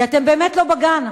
כי אתם באמת לא בגן.